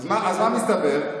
אז מה מסתבר?